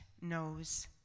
knows